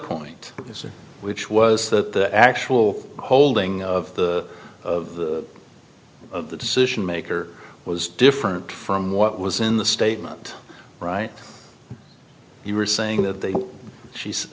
point which was that the actual holding of the decision maker was different from what was in the statement right you were saying that they she's